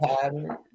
pattern